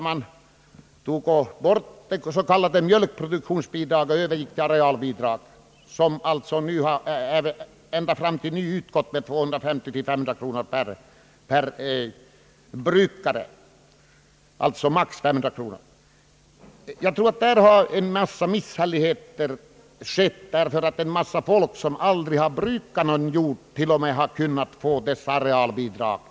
Man övergick då till arealbidrag, som alltså utgått ända Det har i detta sammanhang förekommit en del misshälligheter därför att en mängd personer som aldrig brukat någon jord kunnat få dessa arealbidrag.